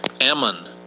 Ammon